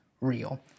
real